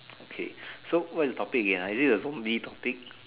okay so what is the topic again is it there is so many topic